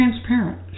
transparent